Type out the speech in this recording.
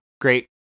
great